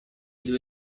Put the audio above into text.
due